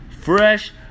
fresh